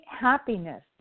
happiness